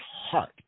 heart